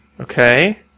Okay